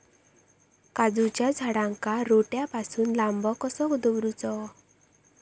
काजूच्या झाडांका रोट्या पासून लांब कसो दवरूचो?